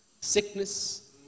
Sickness